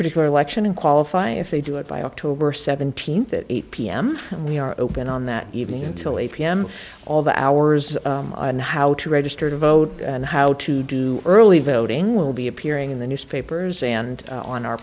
particular election and qualify if they do it by october seventeenth at eight pm and we are open on that evening until eight pm all the hours on how to register to vote and how to do early voting will be appearing in the newspapers stand on our